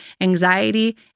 anxiety